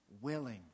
willing